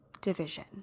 division